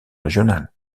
régionale